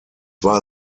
war